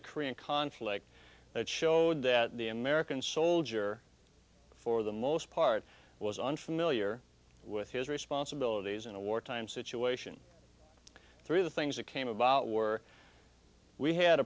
the korean conflict that showed that the american soldier for the most part was unfamiliar with his responsibilities in a wartime situation through the things that came about war we had